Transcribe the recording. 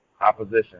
opposition